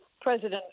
President